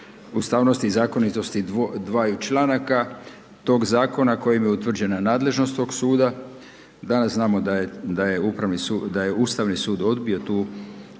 ustavnosti i zakonitosti dvaju članaka tog zakona kojima je utvrđena nadležnost tog suda, da znamo da je Ustavni sud odbio tu